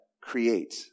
create